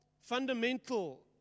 fundamental